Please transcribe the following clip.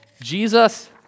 Jesus